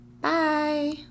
Bye